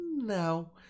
no